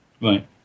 Right